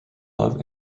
love